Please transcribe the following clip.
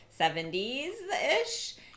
70s-ish